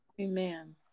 Amen